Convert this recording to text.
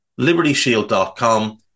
libertyshield.com